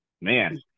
man